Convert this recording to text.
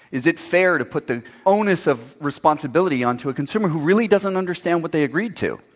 is it fair to put the onus of responsibility onto a consumer who really doesn't understand what they agreed to?